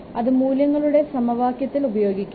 അത് മൂല്യങ്ങളുടെ സമവാക്യത്തിൽ ഉപയോഗിക്കാം